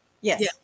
Yes